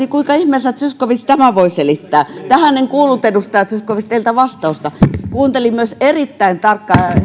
kuinka ihmeessä zyskowicz tämän voi selittää tähän en kuullut edustaja zyskowicz teiltä vastausta kuuntelin myös erittäin tarkkaan